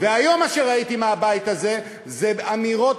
ומה שראיתי היום יוצא מהבית הזה זה אמירות